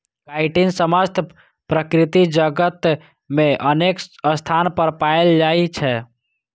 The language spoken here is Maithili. काइटिन समस्त प्रकृति जगत मे अनेक स्थान पर पाएल जाइ छै